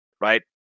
right